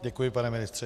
Děkuji, pane ministře.